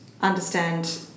understand